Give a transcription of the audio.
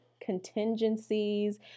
contingencies